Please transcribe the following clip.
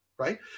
Right